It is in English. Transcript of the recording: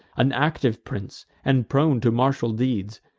an active prince, and prone to martial deeds.